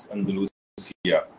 Andalusia